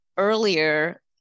Earlier